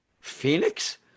Phoenix